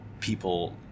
people